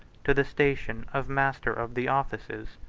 to the station of master of the offices.